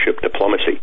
diplomacy